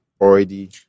already